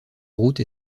route